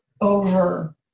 over